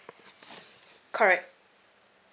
correct